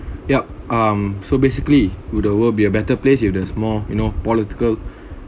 yup um so basically would the world be a better place if there's more you know political